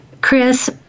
Chris